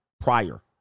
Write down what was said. Prior